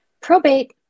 Probate